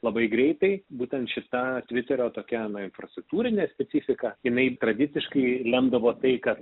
labai greitai būtent šita tviterio tokia infrastruktūrinė specifika jinai tradiciškai lemdavo tai kad